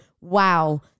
Wow